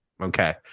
okay